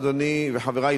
אדוני וחברי,